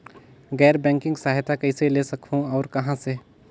गैर बैंकिंग सहायता कइसे ले सकहुं और कहाँ से?